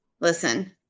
listen